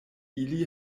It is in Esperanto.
ili